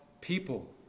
people